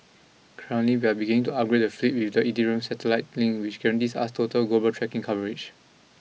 currently we are beginning to upgrade the fleet with the iridium satellite link which guarantees us total global tracking coverage